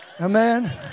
Amen